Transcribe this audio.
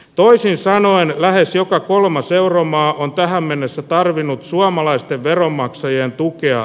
toisin sanoen lähes joka kolmas euromaa on tähän mennessä tarvinnut suomalaisten veronmaksajien tukea